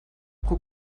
pro